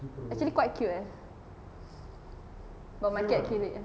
actually quite cute eh but my dad killed it